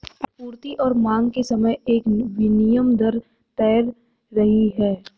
आपूर्ति और मांग के समय एक विनिमय दर तैर रही है